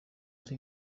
ari